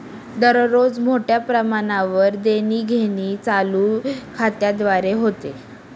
दररोज मोठ्या प्रमाणावर देणीघेणी चालू खात्याद्वारे होते